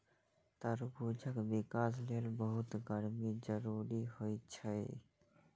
तरबूजक विकास लेल बहुत गर्मी जरूरी होइ छै